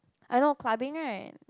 I know clubbing right